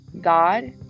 god